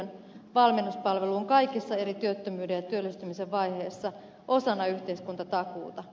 valmennuspalvelu on kaikissa eri työttömyyden ja työllistymisen vaiheissa osana yhteiskuntatakuuta